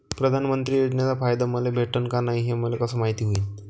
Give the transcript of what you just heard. प्रधानमंत्री योजनेचा फायदा मले भेटनं का नाय, हे मले कस मायती होईन?